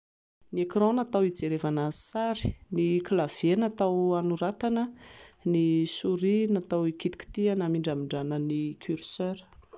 Ny écran natao hijerena ny sary, ny clavier natao hanoratana, ny souris natao hikitikitihana hamindramindrana ny curseur